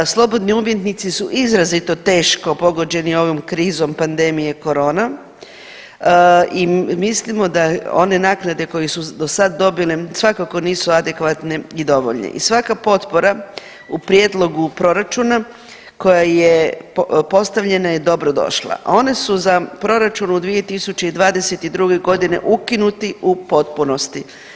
Slobodni umjetnici su izrazito teško pogođeni ovom krizom pandemije koronom i mislimo da one naknade koje su do sada dobili svakako nisu adekvatne i dovoljne i svaka potpora u prijedlogu proračuna koje je postavljena je dobro došla a one su za proračun u 2022.g. ukinuti u potpunosti.